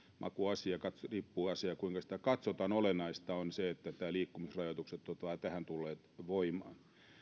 makuasia riippuu kuinka sitä katsotaan olennaista on se että nämä liikkumisrajoitukset ovat tulleet voimaan